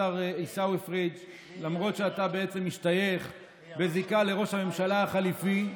השר עיסאווי פריג' למרות שאתה בעצם משתייך בזיקה לראש הממשלה החליפי,